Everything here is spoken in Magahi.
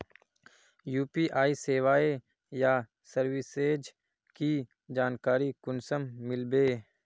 यु.पी.आई सेवाएँ या सर्विसेज की जानकारी कुंसम मिलबे?